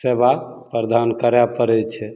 सेवा प्रदान करय पड़य छै